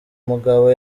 mugabo